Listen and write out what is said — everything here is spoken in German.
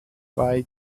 bei